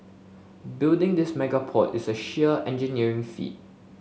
building this mega port is a sheer engineering feat